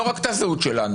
לא רק את הזהות שלנו,